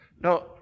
no